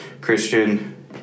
Christian